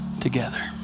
together